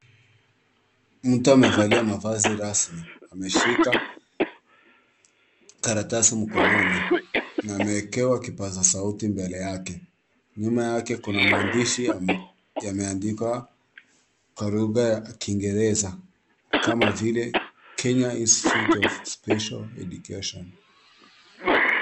Mtu amevalia mavazi rasmi, ameshika karatasi mkononi na ameekewa kipaza sauti mbele yake. Nyuma yake kuna maandishi yameandikwa kwa lugha ya kiingereza kama vile Kenya Institute of Special Education.